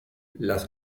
las